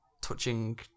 touching